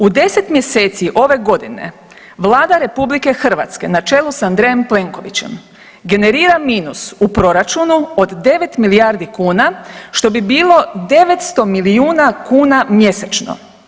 U 10 mjeseci ove godine Vlada RH na čelu s Andrejem Plenkovićem generira minus u proračunu od 9 milijardi kuna što bi bilo 900 milijuna kuna mjesečno.